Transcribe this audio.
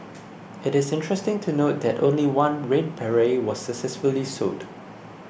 it is interesting to note that only one red beret was successfully sold